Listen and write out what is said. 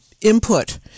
input